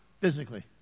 physically